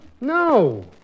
No